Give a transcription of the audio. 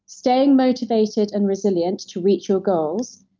staying motivated and resilient to reach your goals,